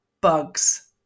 bugs